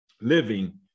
Living